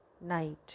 night